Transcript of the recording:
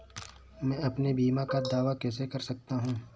मैं अपने बीमा का दावा कैसे कर सकता हूँ?